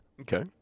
okay